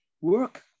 work